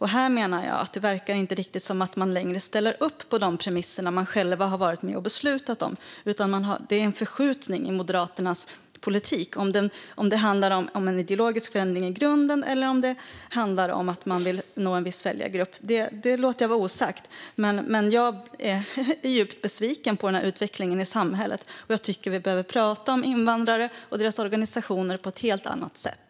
Här menar jag att det verkar som att man inte längre ställer upp på de premisser som man själv har varit med och beslutat om. Det är en förskjutning i Moderaternas politik. Om det handlar om en ideologisk förändring i grunden eller om att man vill nå en viss väljargrupp låter jag var osagt. Jag är djupt besviken på den utvecklingen i samhället. Jag tycker att vi behöver prata om invandrare och deras organisationer på ett helt annat sätt.